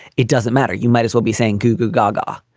it doesn't matter. you might as well be saying goo-goo gaga